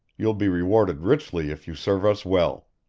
you'll be rewarded richly if you serve us well.